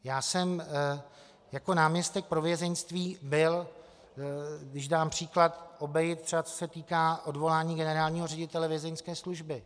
Já jsem jako náměstek pro vězeňství byl, když dám příklad, obejit, třeba co se týká odvolání generálního ředitele Vězeňské služby.